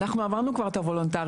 אנחנו עברנו כבר את הוולונטריות,